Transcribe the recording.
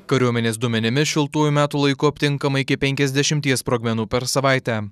kariuomenės duomenimis šiltuoju metų laiku aptinkama iki penkiasdešimties sprogmenų per savaitę